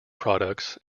products